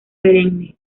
perenne